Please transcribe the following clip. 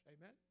Amen